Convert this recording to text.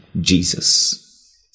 Jesus